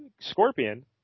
Scorpion